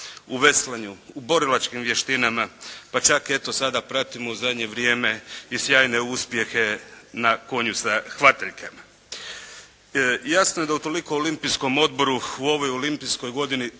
u veslanju, u borilačkim vještinama, pa čak eto sada pratimo u zadnje vrijeme i sjajne uspjehe na konju sa hvataljkama. Jasno je da utoliko Olimpijskom odboru u ovoj olimpijskoj godini